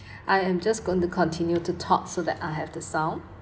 I am just going to continue to talk so that I have the sound